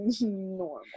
normal